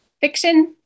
fiction